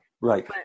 right